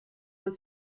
man